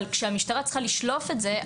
אבל כשהמשטרה צריכה לשלוף את זה,